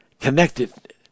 connected